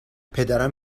پدرم